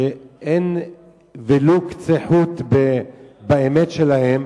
שאין ולו קצה חוט אמת בהן,